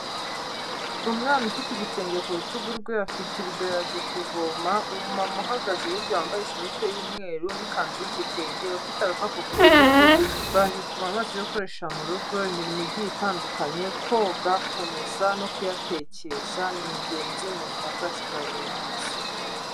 Umwana ufite igitenge ku rutugu rwe, afite ibido yaje kuvoma, umumama uhagaze hirya wambaye ishurupe y'umweru, n'ikanzu y'igitenge, ufite agakapu ku rutugu, baje kuvoma amazi yo gukoresha mu rugo, imirimo igiye itandukanye, koga kumesa no kuyatekesha, ni ingenzi mu buzima bwacu bwa buri munsi.